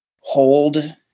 hold